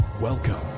Welcome